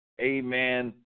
amen